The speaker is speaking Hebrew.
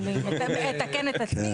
אני אתקן את עצמי,